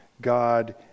God